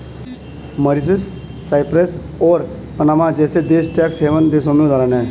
Mauritius, Cyprus और Panama जैसे देश टैक्स हैवन देशों के उदाहरण है